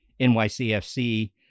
NYCFC